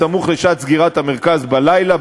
סמוך לשעת סגירת המרכז בלילה,